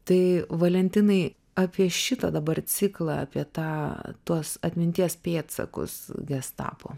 tai valentinai apie šitą dabar ciklą apie tą tuos atminties pėdsakus gestapo